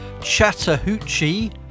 Chattahoochee